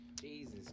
Jesus